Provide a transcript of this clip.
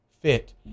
fit